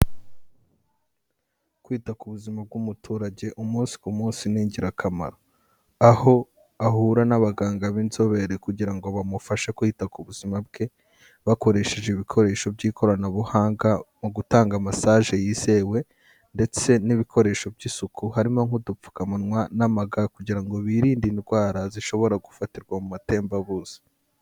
Kwita ku buzima bw'umuturage umunsi ku munsi ni ingirakamaro. Aho ahura n'abaganga b'inzobere, kugira ngo bamufashe kwita ku buzima bwe, bakoresheje ibikoresho by'ikoranabuhanga, mu gutanga masage yizewe, ndetse n'ibikoresho by'isuku harimo nk'udupfukamunwa n'ama ga, kugira ngo birinde indwara zishobora gufatirwa mu matembabuzi.